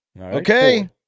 Okay